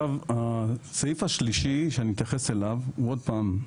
הסעיף השלישי שאני אתייחס אליו, הוא, עוד פעם,